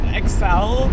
excel